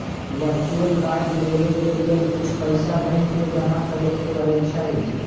virtual card लेबेय के लेल कुछ पइसा बैंक में जमा करेके परै छै